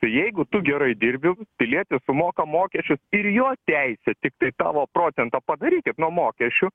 tai jeigu tu gerai dirbi pilietis sumoka mokesčius ir jo teisė tiktai tavo procentą padarykit nuo mokesčių